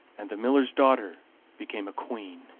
and the miller's daughter became a queen.